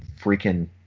freaking